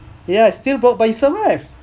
ya still broke but he survived